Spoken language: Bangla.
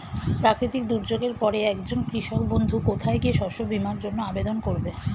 প্রাকৃতিক দুর্যোগের পরে একজন কৃষক বন্ধু কোথায় গিয়ে শস্য বীমার জন্য আবেদন করবে?